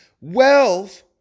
Wealth